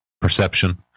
perception